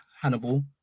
Hannibal